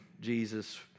Jesus